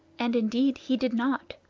and indeed he did not.